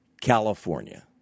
California